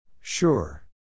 Sure